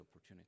opportunity